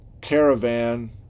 Caravan